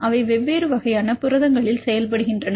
அவை வெவ்வேறு வகையான புரதங்களில் செயல்படுகின்றன